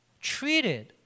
treated